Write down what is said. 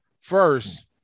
First